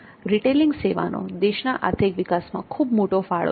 retailing સેવાનો દેશના આર્થિક વિકાસમાં ખૂબ મોટો ફાળો છે